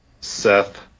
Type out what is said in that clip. Seth